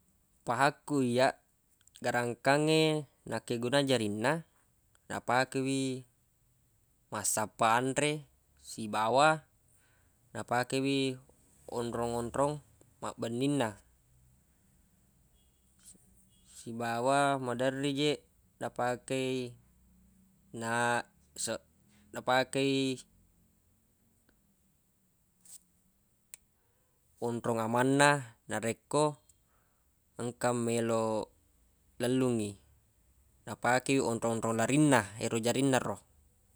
Pahakku iyyaq garangkangnge nakkegunang jarinna napake wi massappa anre sibawa napake wi onrong-onrong mabbenninna sibawa maderri je napakei napakei onrong amang na narekko engka meloq lellungngi napake wi onrong-onrong larinna ero jarinna ro.